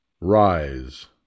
rise